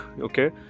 okay